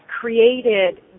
created